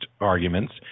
arguments